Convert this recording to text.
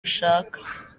mushaka